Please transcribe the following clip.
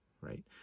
Right